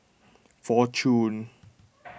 fortune